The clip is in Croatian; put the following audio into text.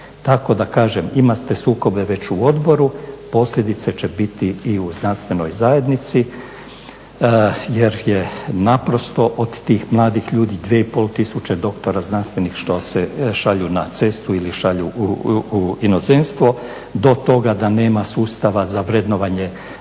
tako da kažem, imate sukobe već u odboru, posljedica će biti i u znanstvenoj zajednici jer je naprosto od tih mladih ljudi 2 i pol tisuće doktora znanstvenih što se šalju na cestu ili šalju u inozemstvo do toga da nema sustava za vrednovanje